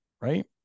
right